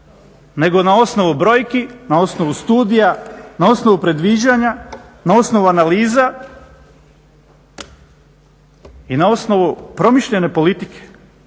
nego na osnovu brojku, na osnovu studija, na osnovu predviđanja, na osnovu analiza i na osnovu promišljene politike,